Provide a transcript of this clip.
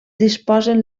disposen